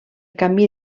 camí